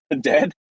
dead